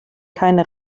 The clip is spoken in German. keine